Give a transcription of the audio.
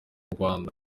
rwanda